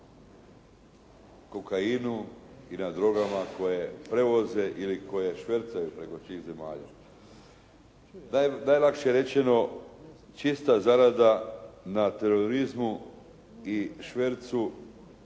na kokainu i na drogama koje prevoze ili koje švercaju preko tih zemalja. Najlakše rečeno, čista zarada na terorizmu i švercu